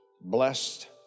blessed